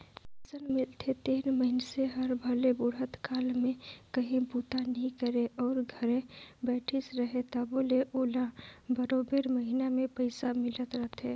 pension मिलथे तेन मइनसे हर भले बुढ़त काल में काहीं बूता नी करे अउ घरे बइठिस अहे तबो ले ओला बरोबेर महिना में पइसा मिलत रहथे